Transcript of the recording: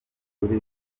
ruri